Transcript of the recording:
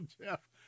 Jeff